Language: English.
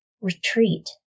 retreat